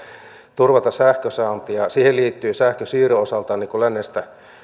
turvata sähkönsaantia siihen liittyy sähkön siirron osalta lännestä